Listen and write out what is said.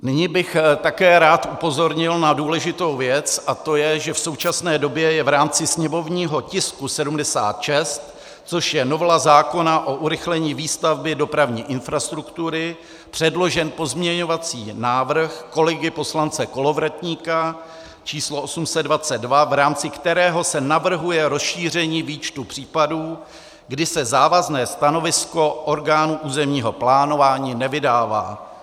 Nyní bych také rád upozornil na důležitou věc, a to je, že v současné době je v rámci sněmovního tisku 76, což je novela zákona o urychlení výstavby dopravní infrastruktury, předložen pozměňovací návrh kolegy poslance Kolovratníka číslo 822, v jehož rámci se navrhuje rozšíření výčtu případů, kdy se závazné stanovisko orgánů územního plánování nevydává.